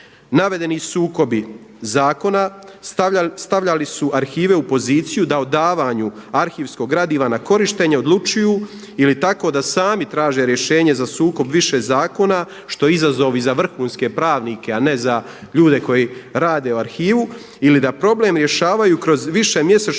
Navedeni sukobi zakona stavljali su arhivi u poziciju da o davanju arhivskog gradiva na korištenje odlučuju ili tako da sami traže rješenje za sukob više zakona, što izazovi za vrhunske pravnike, a ne za ljude koji rade u arhivu ili da problem rješavanju kroz višemjesečno